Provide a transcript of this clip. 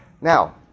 Now